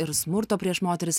ir smurto prieš moteris